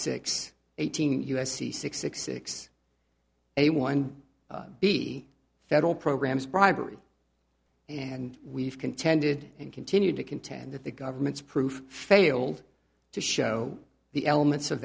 six eighteen u s c six six six a one b federal programs bribery and we've contended and continued to contend that the government's proof failed to show the elements of